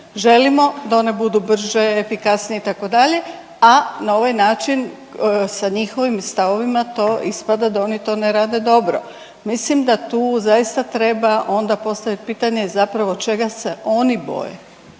želimo da one budu brže, efikasnije itd., a na ovaj način sa njihovim stavovima to ispada da oni to ne rade dobro. Mislim da tu zaista treba onda postavit pitanje zapravo čega se oni boje.